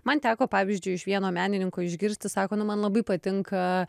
man teko pavyzdžiui iš vieno menininko išgirsti sako nu man labai patinka